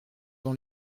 dans